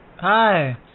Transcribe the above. Hi